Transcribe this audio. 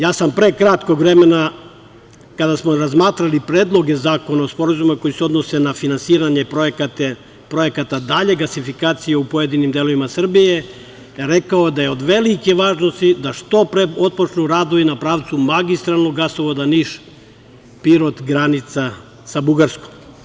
Ja sam pre nekog vremena, kada smo razmatrali predloge zakona o sporazumima koji se odnose na finansiranje projekata dalje gasifikacije u pojedinim delovima Srbije, rekao da je od velike važnosti da što pre otpočnu radovi na pravcu magistralnog gasovoda Niš-Pirot-granica sa Bugarskom.